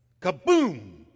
Kaboom